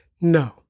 No